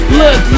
look